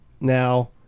Now